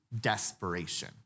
desperation